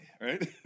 right